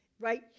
Right